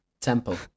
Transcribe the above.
Temple